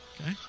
Okay